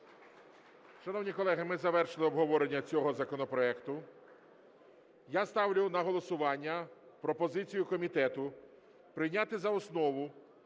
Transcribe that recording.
Шановні колеги, ми завершили обговорення цього законопроекту. Я ставлю на голосування пропозицію комітету прийняти за основу